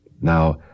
Now